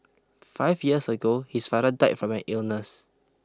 five years ago his father died from an illness